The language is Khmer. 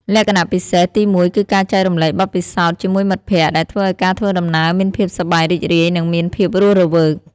លក្ខណៈពិសេសទីមួយគឺការចែករំលែកបទពិសោធន៍ជាមួយមិត្តភក្តិ ដែលធ្វើឱ្យការធ្វើដំណើរមានភាពសប្បាយរីករាយនិងមានភាពរស់រវើក។